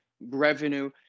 revenue